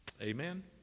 amen